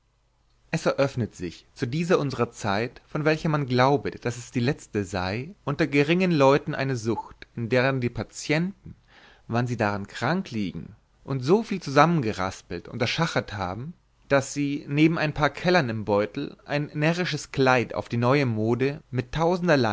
es eröffnet sich zu dieser unserer zeit von welcher man glaubet daß es die letzte sei unter geringen leuten eine sucht in deren die patienten wann sie daran krank liegen und so viel zusammengeraspelt und erschachert haben daß sie neben ein paar kellern im beutel ein närrisches kleid auf die neue mode mit tausenderlei